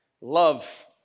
Love